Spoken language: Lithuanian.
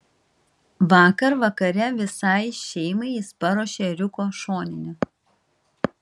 vakar vakare visai šeimai jis paruošė ėriuko šoninę